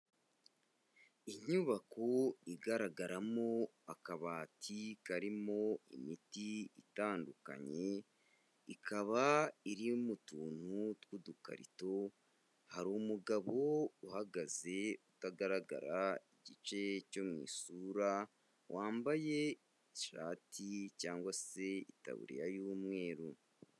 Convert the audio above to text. Inyubako igaragaramo akabati karimo imiti itandukanye, ikaba iri mu tuntu tw'udukarito. Hari umugabo uhagaze, utagaragara igice cyo mu isura, wambaye ishati cyangwa se itaburiya y'umweru.